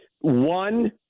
one